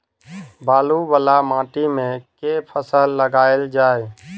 बालू वला माटि मे केँ फसल लगाएल जाए?